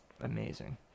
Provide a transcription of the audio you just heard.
amazing